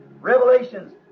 Revelations